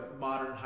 modern